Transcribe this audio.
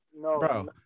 bro